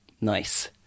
Nice